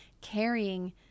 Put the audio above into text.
carrying